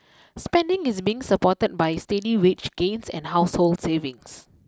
spending is being supported by steady wage gains and household savings